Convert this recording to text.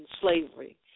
slavery